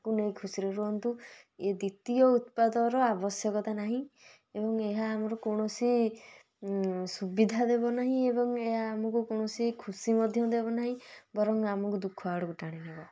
ତାକୁ ନେଇ ଖୁସିରେ ରୁହନ୍ତୁ ଏ ଦ୍ୱିତୀୟ ଉତ୍ପାଦର ଆବଶ୍ୟକତା ନାହିଁ ଏବଂ ଏହା ଆମର କୌଣସି ସୁବିଧା ଦେବ ନାହିଁ ଏବଂ ଏହା ଆମକୁ କୌଣସି ଖୁସି ମଧ୍ୟ ଦେବ ନାହିଁ ବରଂ ଆମକୁ ଦୁଃଖ ଆଡ଼କୁ ଟାଣି ନେବ